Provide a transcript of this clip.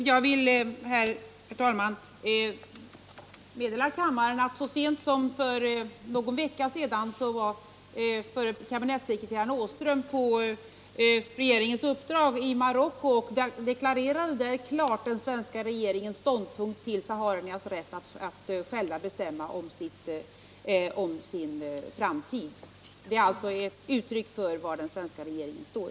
Herr talman! Jag vill meddela kammaren att så sent som för någon” vecka sedan var kabinettssekreterare Åström på regeringens uppdrag i Marocko, och han deklarerade där klart den svenska regeringens ståndpunkt i fråga om sahariernas rätt att själva bestämma om sin framtid. Det är alltså ett uttryck för var den svenska regeringen står.